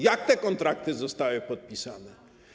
Jak te kontrakty zostały podpisane?